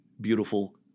beautiful